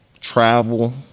travel